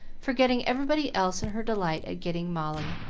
forgetting everybody else in her delight at getting molly.